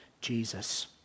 Jesus